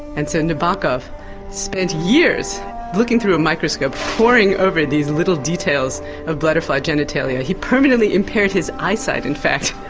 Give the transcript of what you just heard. and so nabokov spent years looking through a microscope, pouring over these little details of butterfly genitalia. he permanently impaired his eyesight, in fact,